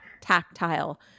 tactile